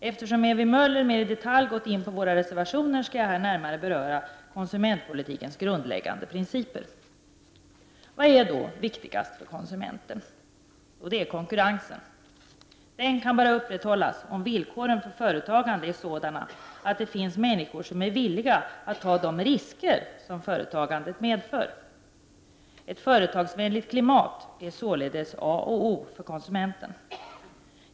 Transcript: Eftersom Ewy Möller mer i detalj gått in på våra reservationer skall jag här närmare beröra konsumentpolitikens grundläggande principer. Vad är då viktigast för konsumenten? Jo, det är konkurrensen. Konkurrensen kan bara upprätthållas om villkoren för företagande är sådana att det finns människor som är villiga att ta de risker som företagande medför. Ett företagsvänligt klimat är således A och O för konsumenten.